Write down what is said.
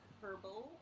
herbal